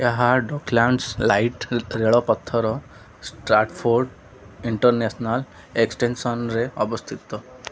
ଏହା Docklands light ରେଳପଥର Stratford international ଏକ୍ସଟେନସନ୍ରେ ଅବସ୍ଥିତ